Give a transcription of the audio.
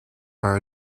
are